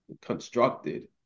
constructed